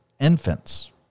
infants